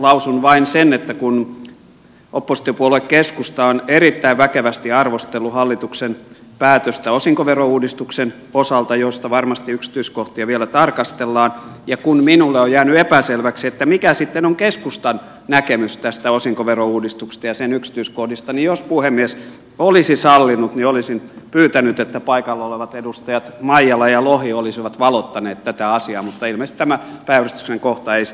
lausun vain sen että kun oppositiopuolue keskusta on erittäin väkevästi arvostellut hallituksen päätöstä osinkoverouudistuksen osalta josta varmasti yksityiskohtia vielä tarkastellaan ja kun minulle on jäänyt epäselväksi mikä sitten on keskustan näkemys tästä osinkoverouudistuksesta ja sen yksityiskohdista niin jos puhemies olisi sallinut olisin pyytänyt että paikalla olevat edustajat maijala ja lohi olisivat valottaneet tätä asiaa mutta ilmeisesti tämä päiväjärjestyksen kohta ei sitä salli